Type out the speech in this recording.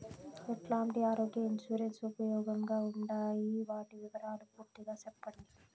ఎట్లాంటి ఆరోగ్య ఇన్సూరెన్సు ఉపయోగం గా ఉండాయి వాటి వివరాలు పూర్తిగా సెప్పండి?